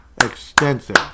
extensive